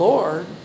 Lord